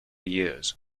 years